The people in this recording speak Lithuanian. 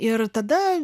ir tada